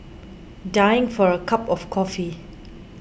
dying for a cup of coffee